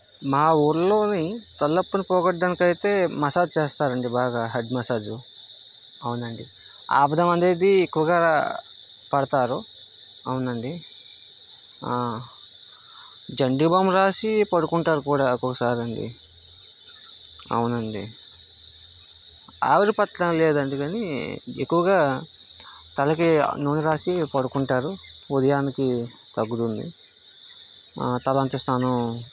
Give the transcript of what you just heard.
మా ఊరిలో ఈ తలనొప్పిని పోగొట్టడానికైతే మసాజ్ చేస్తారండీ బాగా హెడ్ మసాజ్ అవునండి ఆముదం అనేది ఎక్కువగా పడతారు అవునండి జండు బాం రాసి పడుకుంటారు కూడా ఒక్కొక్కసారి అండి అవునండి ఆవిరి పట్టడం లేదండి కానీ ఎక్కువగా తలకి నూనె రాసి పడుకుంటారు ఉదయానికి తగ్గుతుంది తలంటు స్నానం